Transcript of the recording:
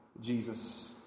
Jesus